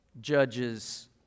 Judges